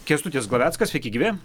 kęstutis glaveckas sveiki gyvi